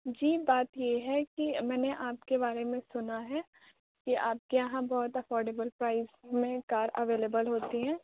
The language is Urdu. جی بات یہ ہے کہ میں نے آپ کے بارے میں سُنا ہے کہ آپ کے یہاں بہت افورڈیبل پرائز میں کار اویلیبل ہوتی ہے